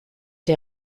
der